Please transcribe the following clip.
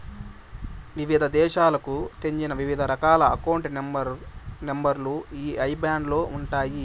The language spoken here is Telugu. వివిధ దేశాలకు చెందిన వివిధ రకాల అకౌంట్ నెంబర్ లు ఈ ఐబాన్ లో ఉంటాయి